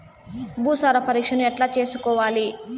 భూసార పరీక్షను ఎట్లా చేసుకోవాలి?